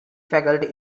faculty